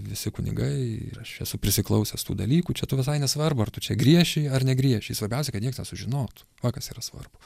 visi kunigai ir aš esu prisiklausęs tų dalykų čia visai nesvarbu ar tu čia griešiji ar negriešiji svarbiausia kad nieks nesužinotų va kas yra svarbu